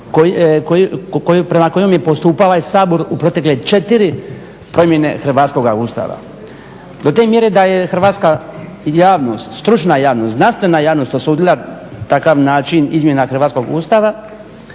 prema kojem je postupala je Sabor u protekle četiri promjene hrvatskoga Ustava. Do te mjere da je hrvatska stručna javnost, znanstvena javnost usudila takav način izmjena hrvatskog Ustava,